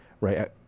right